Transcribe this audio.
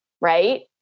right